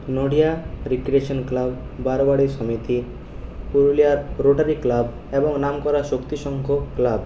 নডিহা recreation club বারোয়ারি সমিতি Purulia rotary club এবং নামকরা শক্তি সংঘ ক্লাব